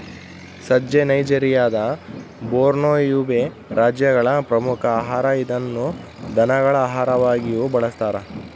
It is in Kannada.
ಸಜ್ಜೆ ನೈಜೆರಿಯಾದ ಬೋರ್ನೋ, ಯುಬೇ ರಾಜ್ಯಗಳ ಪ್ರಮುಖ ಆಹಾರ ಇದನ್ನು ದನಗಳ ಆಹಾರವಾಗಿಯೂ ಬಳಸ್ತಾರ